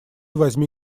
возьми